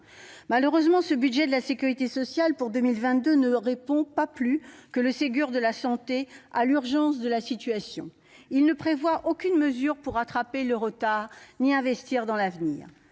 Malheureusement, ce budget de la sécurité sociale pour 2022 ne répond pas plus que le Ségur de la santé à l'urgence de la situation. Il ne prévoit aucune mesure pour rattraper le retard ni investir dans l'avenir.